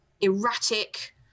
erratic